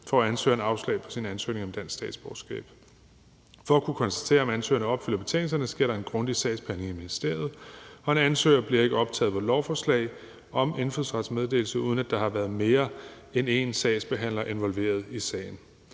får ansøgeren afslag på sin ansøgning om dansk statsborgerskab. For at kunne konstatere, om ansøgerne opfylder betingelserne, sker der en grundig sagsbehandling i ministeriet, og en ansøger bliver ikke optaget på et lovforslag om indfødsrets meddelelse, uden at der har været mere end en sagsbehandler involveret i sagen.